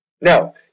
No